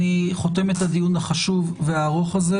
אני חותם את הדיון החשוב והארוך הזה.